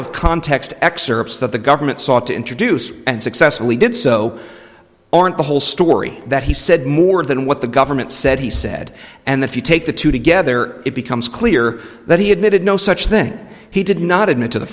of context excerpts that the government sought to introduce and successfully did so aren't the whole story that he said more than what the government said he said and the few take the two together it becomes clear that he admitted no such thing he did not admit to the